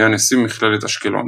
היה נשיא מכללת אשקלון.